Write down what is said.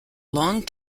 long